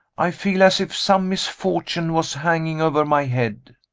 i feel as if some misfortune was hanging over my head.